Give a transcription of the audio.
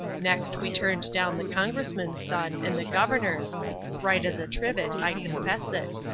next, we turned down the congressman's son and the governor's right as a trivet, i confess it.